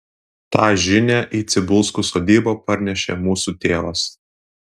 tą žinią į cibulskų sodybą parnešė mūsų tėvas